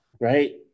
Right